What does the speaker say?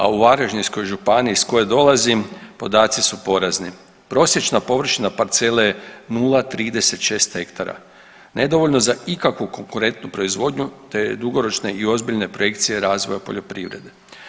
A u Varaždinskoj županiji iz koje dolazim podaci su porazni, prosječna površina parcele 0,36 hektara nedovoljno za ikakvu konkurentu proizvodnju te dugoročne i ozbiljne projekcije razvoja poljoprivrede.